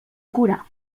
curar